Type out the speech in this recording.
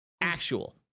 Actual